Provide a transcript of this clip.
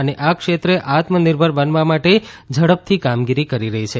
અને આ ક્ષેત્રે આત્મનિર્ભર બનવા માટે ઝડપથી કામગીરી કરી રહી છે